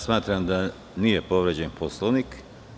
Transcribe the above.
Smatram da nije povređen Poslovnik.